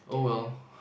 damn